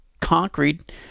concrete